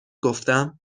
گفتم